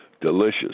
delicious